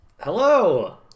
Hello